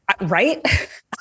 Right